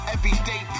Everyday